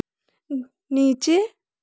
नीचे